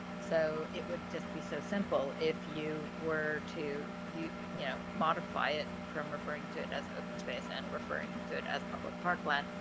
so, it would just be so simple if you were to, you know, yeah modify it from referring to it as open space and referring to it as public parkland.